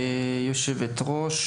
יושבת-ראש